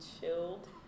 chilled